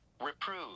Reprove